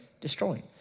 destroying